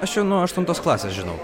aš jau nuo aštuntos klasės žinau